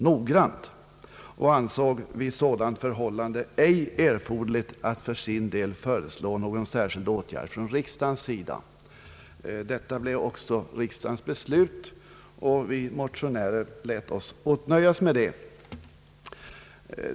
Vid sådant förhållande ansåg utskottet det ej erforderligt att för sin del föreslå någon särskild åtgärd från riksdagens sida. Detta blev också riksdagens beslut, och vi motionärer lät oss åtnöja med det.